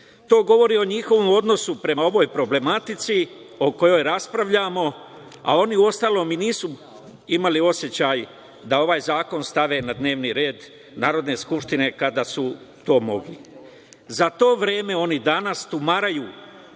govori o njihovom odnosu prema ovoj problematici o kojoj raspravljamo a oni uostalom i nisu imali osećaj da ovaj zakon stave na dnevni red Narodne skupštine, kada su to mogli.Za to vreme oni danas tumaraju